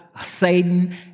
Satan